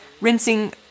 rinsing